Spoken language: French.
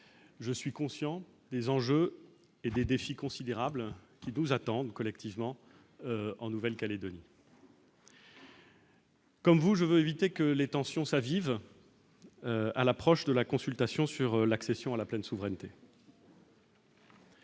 je suis conscient des enjeux et des défis considérables qui nous attendent collectivement en Nouvelle-Calédonie. Comme vous je veux éviter que les tensions s'avive à l'approche de la consultation sur l'accession à la pleine souveraineté.